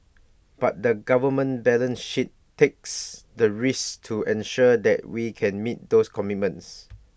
but the government balance sheet takes the risk to ensure that we can meet those commitments